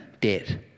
debt